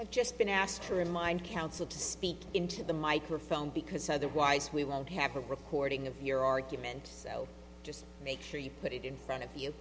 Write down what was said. i've just been asked to remind counsel to speak into the microphone because otherwise we won't have a recording of your argument so just make sure you put it in front of you